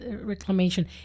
reclamation